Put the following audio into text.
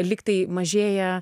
lyg tai mažėja